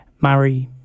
Murray